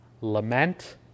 lament